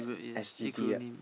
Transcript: S_G_D ah